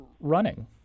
running